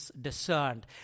discerned